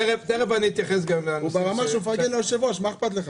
תיכף אני אתייחס גם לנושאים ש